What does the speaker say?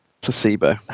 placebo